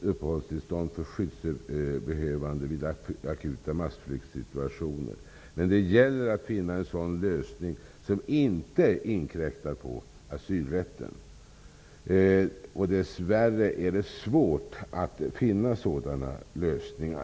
uppehållstillstånd för skyddsbehövande vid akuta massflyktssituationer. Men det gäller att finna en lösning som inte inkräktar på asylrätten. Dess värre är det svårt att finna sådana lösningar.